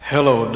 Hello